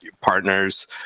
partners